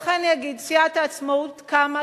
לכן סיעת העצמאות קמה,